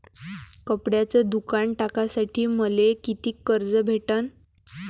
कपड्याचं दुकान टाकासाठी मले कितीक कर्ज भेटन?